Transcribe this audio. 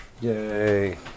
Yay